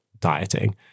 dieting